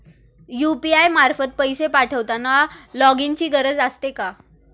UPI मार्फत पैसे पाठवताना लॉगइनची गरज असते का?